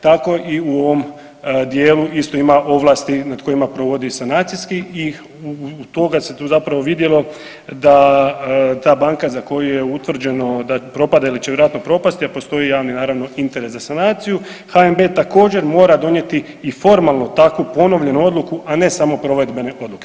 Tako i u ovom dijelu isto ima ovlasti nad kojima provodi sanacijski i iz toga se tu zapravo vidjelo da ta banka za koju je utvrđeno da propada ili će vjerojatno propasti, a postoji javni naravno interes za sanaciju HNB također mora donijeti i formalno takvu ponovljenu odluku, a ne samo provedbene odluke.